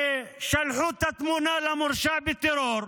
ושלחו את התמונה למורשע בטרור,